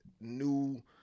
new